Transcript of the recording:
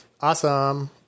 awesome